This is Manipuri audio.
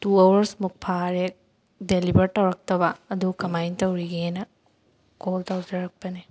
ꯇꯨ ꯑꯋꯥꯔꯁꯃꯨꯛ ꯐꯥꯔꯦ ꯗꯦꯂꯤꯕꯔ ꯇꯧꯔꯛꯇꯕ ꯑꯗꯨ ꯀꯃꯥꯏꯅ ꯇꯧꯔꯤꯒꯦꯅ ꯀꯣꯜ ꯇꯧꯖꯔꯛꯄꯅꯦ